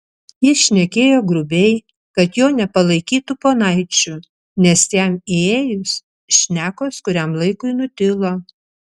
jis šnekėjo grubiai kad jo nepalaikytų ponaičiu nes jam įėjus šnekos kuriam laikui nutilo